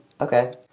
okay